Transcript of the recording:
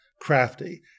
crafty